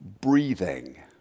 breathing